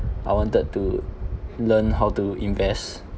I wanted to learn how to invest